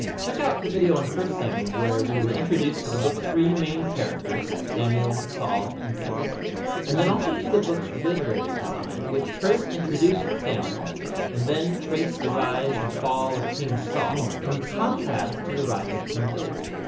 ah check out the video on first samuel where we were introduced to the book's three main characters samuel, saul and david and then also to the book's literary design which first introduced samuel and then traced the rise and fall of king saul in contrast to the rise of king david.